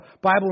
Bible